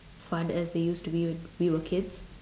fun as they used to be when we were kids